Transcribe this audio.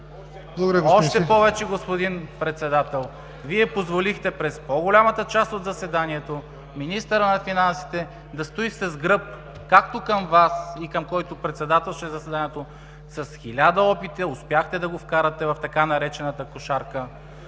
Още повече, господин Председател, Вие позволихте през по-голямата част от заседанието министърът на финансите да стои с гръб както към Вас, и към който председателстваше заседанието. С хиляда опита успяхте да го вкарате в така наречената „кошарка“.